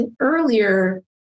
earlier